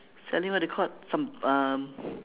selling what they called some um